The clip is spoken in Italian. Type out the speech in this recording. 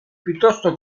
piuttosto